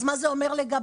אז מה זה אומר לגביהם,